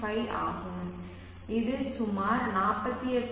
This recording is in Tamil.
5 ஆகும் இது சுமார் 48